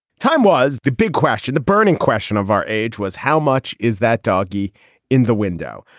time was the big question, the burning question of our age was how much is that doggie in the window?